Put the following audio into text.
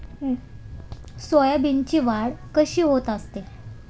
सोयाबीनची वाढ कशी होत असते?